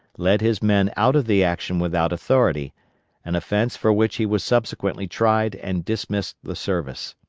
led his men out of the action without authority an offence for which he was subsequently tried and dismissed the service.